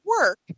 work